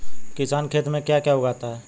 किसान खेत में क्या क्या उगाता है?